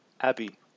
Abby